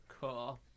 Cool